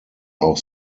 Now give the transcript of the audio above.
auch